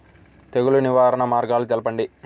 తెగులు నివారణ మార్గాలు తెలపండి?